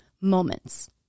moments